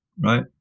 right